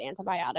antibiotic